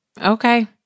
Okay